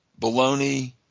baloney